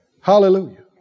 Hallelujah